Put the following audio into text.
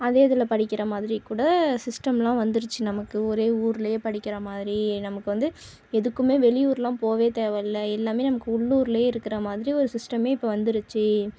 அதே இதில் படிக்கிற மாதிரிக்கூட சிஸ்டம்லாம் வந்திருச்சி நமக்கு ஒரே ஊர்லேயே படிக்கிற மாதிரி நமக்கு வந்து எதுக்குமே வெளியூர்லாம் போகவே தேவயில்ல எல்லாமே நமக்கு உள்ளூர்லையே இருக்கிற மாதிரி ஒரு சிஸ்டமே இப்போ வந்துருச்சு